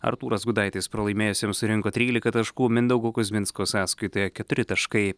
artūras gudaitis pralaimėjusiem surinko trylika taškų mindaugo kuzminsko sąskaitoje keturi taškai